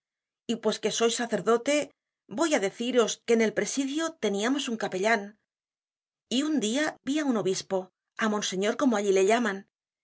y pues que sois sacerdote voy á deciros que en el presidio teníamos un capellan y un dia vi á un obispo ámonseñor como allí le llaman